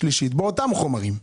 שלישית באותם חומרים,